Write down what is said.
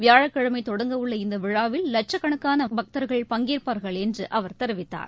வியாழக்கிழமைதொடங்கவுள்ள இந்தவிழாவில் லட்சக்கணக்கானபக்தர்கள் பங்கேற்பார்கள் என்றுஅவர் தெரிவித்தார்